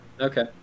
Okay